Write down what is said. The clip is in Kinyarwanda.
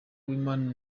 uwimana